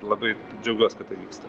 labai džiaugiuos kad tai vyksta